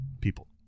people